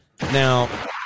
Now